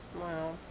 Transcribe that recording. Wow